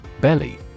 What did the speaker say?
Belly